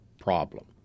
problem